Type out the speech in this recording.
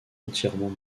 entièrement